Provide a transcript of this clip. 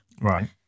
Right